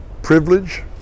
Privilege